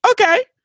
okay